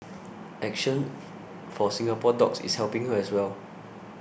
action for Singapore Dogs is helping her as well